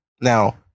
Now